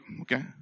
okay